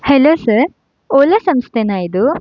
hello sir Ola ಸಂಸ್ಥೆನಾ ಇದು